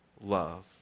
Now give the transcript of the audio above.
love